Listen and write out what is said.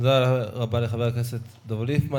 תודה רבה לחבר הכנסת דב ליפמן.